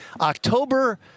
October